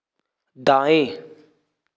दाएँ